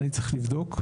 אני צריך לבדוק.